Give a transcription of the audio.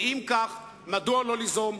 ואם כך, מדוע לא ליזום?